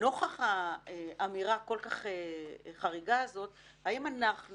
לנוכח האמירה הכול כך חריגה הזאת, האם אנחנו